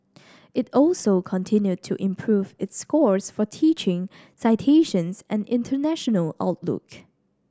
it also continued to improve its scores for teaching citations and international outlook